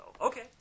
okay